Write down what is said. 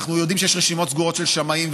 אנחנו יודעים שיש רשימות סגורות של שמאים,